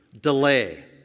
delay